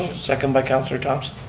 second by councilor thompson.